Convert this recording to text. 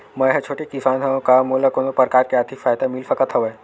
मै ह छोटे किसान हंव का मोला कोनो प्रकार के आर्थिक सहायता मिल सकत हवय?